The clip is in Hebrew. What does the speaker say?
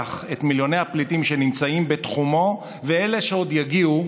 שיישלח אליהן את מיליוני הפליטים שנמצאים בתחומו ואלה שעוד יגיעו,